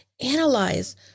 Analyze